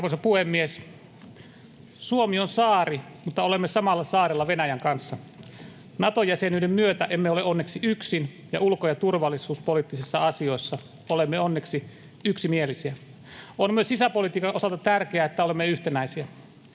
Arvoisa puhemies! Suomi on saari, mutta olemme samalla saarella Venäjän kanssa. Nato-jäsenyyden myötä emme ole onneksi yksin, ja ulko- ja turvallisuuspoliittisissa asioissa olemme onneksi yksimielisiä. On myös sisäpolitiikan osalta tärkeää, että olemme yhtenäisiä.